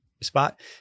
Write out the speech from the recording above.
spot